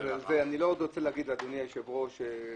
אדוני היושב-ראש,